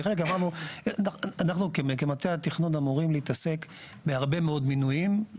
כי אמרנו שאנחנו כמטה התכנון אמורים להתעסק בהרבה מאוד מיוניים,